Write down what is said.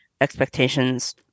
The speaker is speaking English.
expectations